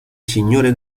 signore